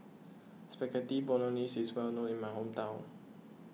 Spaghetti Bolognese is well known in my hometown